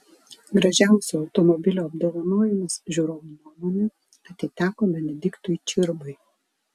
gražiausio automobilio apdovanojimas žiūrovų nuomone atiteko benediktui čirbai